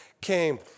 came